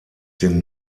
den